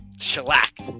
shellacked